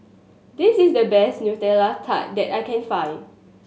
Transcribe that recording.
this is the best Nutella Tart that I can find